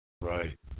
Right